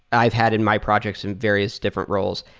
i've had in my projects in various different roles,